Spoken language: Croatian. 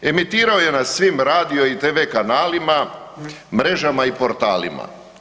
Emitiraju na svim radio i tv-kanalima, mrežama i portalima.